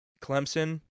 Clemson